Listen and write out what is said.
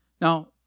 Now